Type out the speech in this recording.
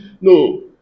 no